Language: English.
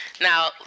Now